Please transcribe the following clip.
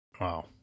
Wow